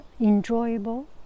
enjoyable